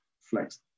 flex